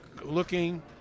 Looking